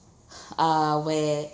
uh where